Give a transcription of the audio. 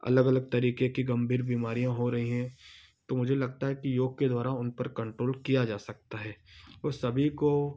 अलग अलग तरीके की गंभीर बीमारियाँ हो रही हैं तो मुझे लगता है कि योग के द्वारा उन पर कंट्रोल किया जा सकता है और सभी को